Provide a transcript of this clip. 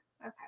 okay